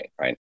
right